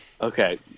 Okay